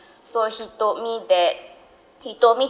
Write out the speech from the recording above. so he told me that he told me